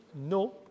no